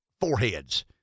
foreheads